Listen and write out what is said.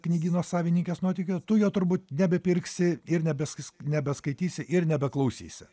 knygyno savininkės nuotykio tu jo turbūt nebepirksi ir nebes s nebeskaitysi ir nebeklausysi